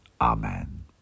Amen